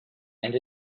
and